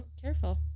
careful